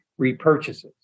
repurchases